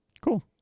Cool